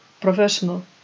Professional